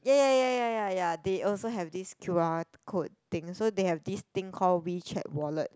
ya ya ya ya ya ya they also have this q_r code thing so they have this thing called WeChat wallet